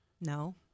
No